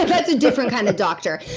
that's a different kind of doctor